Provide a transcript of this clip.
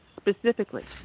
specifically